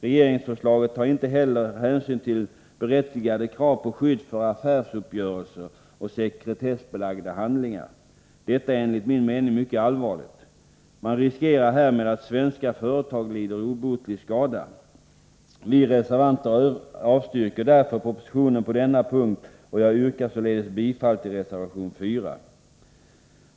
Regeringsförslaget tar inte heller hänsyn till berättigade krav på skydd för affärsuppgörelser och sekretessbelagda handlingar. Detta är mycket allvarligt. Man riskerar härmed att svenska företag lider obotlig skada. Vi reservanter avstyrker därför propositionen på denna punkt, och jag yrkar bifall till reservation 4.